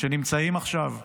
שנמצאים עכשיו בים,